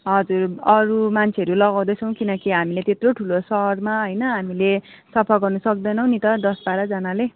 हजुर अरू मान्छेहरू लगाउँदैछौँ किनकि हामीले त्यत्रो ठुलो सहरमा होइन हामीले सफा गर्नु सक्दैनौँ नि त दस बाह्रजनाले